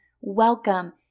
welcome